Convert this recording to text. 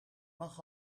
mag